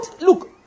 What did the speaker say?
Look